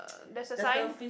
there's a sign